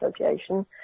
Association